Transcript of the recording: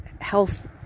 health